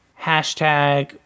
Hashtag